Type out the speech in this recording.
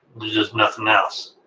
just nothin' else.